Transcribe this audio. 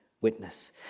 witness